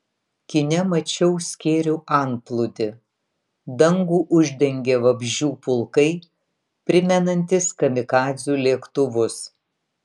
kine mačiau skėrių antplūdį dangų uždengė vabzdžių pulkai primenantys kamikadzių lėktuvus